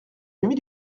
nuit